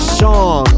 song